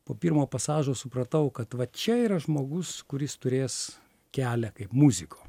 po pirmo pasažo supratau kad vat čia yra žmogus kuris turės kelią kaip muziko